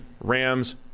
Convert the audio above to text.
Rams